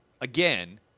again